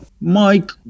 Mike